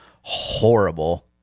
horrible